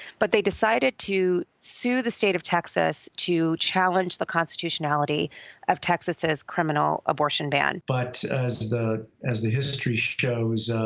but they decided to sue the state of texas to challenge the constitutionality of texas' criminal abortion ban. but as the as the history shows,